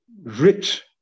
rich